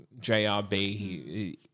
JRB